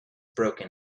broken